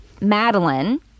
Madeline